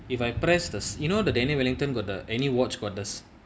if I press this you know the daniel wellington got the any watch corners